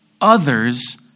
Others